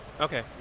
Okay